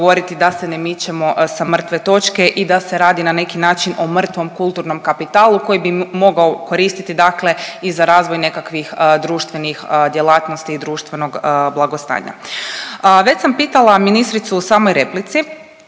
da se ne mičemo sa mrtve točke i da se radi na neki način o mrtvom kulturnom kapitalu koji bi mogao koristiti dakle i za razvoj nekakvih društvenih djelatnosti i društvenog blagostanja. Već sam pitala ministricu u samoj replici